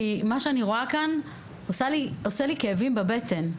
כי מה שאני רואה כאן עושה לי כאבי בטן.